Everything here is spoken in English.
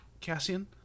Cassian